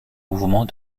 mouvement